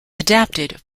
adapted